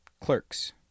clerks